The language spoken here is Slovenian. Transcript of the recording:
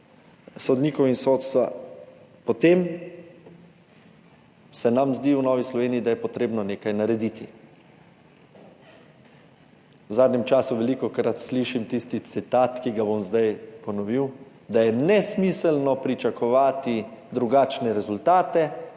sodnikov in sodstva, potem se nam zdi v Novi Sloveniji, da je potrebno nekaj narediti. V zadnjem času velikokrat slišim tisti citat, ki ga bom zdaj ponovil: da je nesmiselno pričakovati drugačne rezultate,